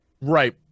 Right